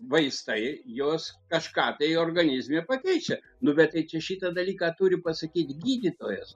vaistai jos kažką tai organizme pakeičia nu bet tai čia šitą dalyką turi pasakyt gydytojas